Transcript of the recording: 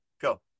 Go